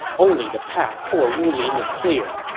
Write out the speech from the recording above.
only the path toward wulin is clear.